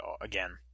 again